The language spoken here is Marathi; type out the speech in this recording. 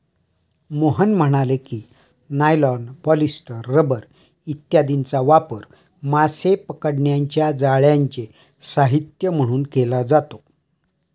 मोहन म्हणाले की, नायलॉन, पॉलिस्टर, रबर इत्यादींचा वापर मासे पकडण्याच्या जाळ्यांचे साहित्य म्हणून केला जातो